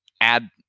add